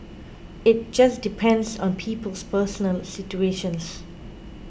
it just depends on people's personal situations